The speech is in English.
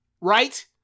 Right